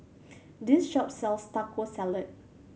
this shop sells Taco Salad